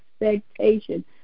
expectation